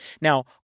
Now